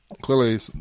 clearly